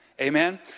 Amen